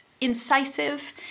incisive